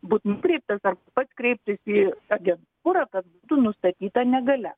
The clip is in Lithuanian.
būt nukreiptas ar pats kreiptis į agentūrą kad būtų nustatyta negalia